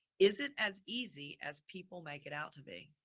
is it as easy as people make it out to be?